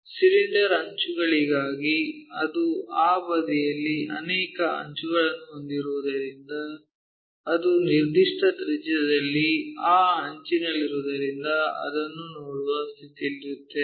cylinder ಅಂಚುಗಳಿಗಾಗಿ ಅದು ಆ ಬದಿಯಲ್ಲಿ ಅನೇಕ ಅಂಚುಗಳನ್ನು ಹೊಂದಿರುವುದರಿಂದ ಅದು ನಿರ್ದಿಷ್ಟ ತ್ರಿಜ್ಯದಲ್ಲಿ ಆ ಅಂಚಿನಲ್ಲಿರುವುದರಿಂದ ಅದನ್ನು ನೋಡುವ ಸ್ಥಿತಿಯಲ್ಲಿರುತ್ತೇವೆ